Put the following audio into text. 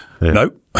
nope